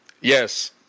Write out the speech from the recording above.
Yes